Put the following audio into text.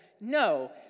no